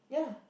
ya